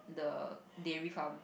the dairy farm